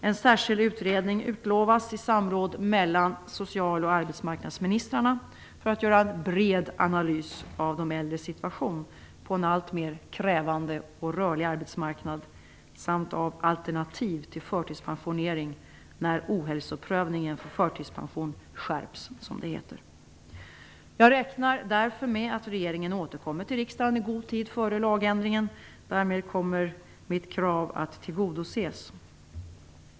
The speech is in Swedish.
En särskild utredning utlovas i samråd mellan social och arbetsmarknadsministrarna för att göra en bred analys av de äldres situation på en alltmer krävande och rörlig arbetsmarknad samt av alternativ till förtidspensionering när ohälsoprövningen för förtidspension skärps, som det heter. Jag räknar därför med att regeringen återkommer till riksdagen i god tid före lagändringen. Därmed kommer mitt krav att tillgodoses.